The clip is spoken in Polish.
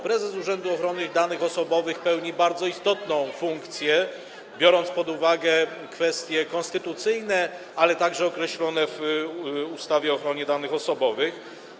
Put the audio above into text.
Prezes Urzędu Ochrony Danych Osobowych pełni bardzo istotną funkcję, biorąc pod uwagę kwestie konstytucyjne, ale także określone w ustawie o ochronie danych osobowych.